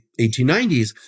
1890s